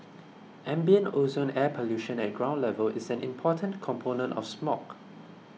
ambient ozone air pollution at ground level is an important component of smog